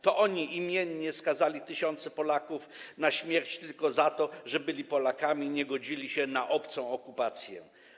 To oni imiennie skazali tysiące Polaków na śmierć tylko za to, że byli Polakami i nie godzili się na obcą okupację.